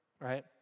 right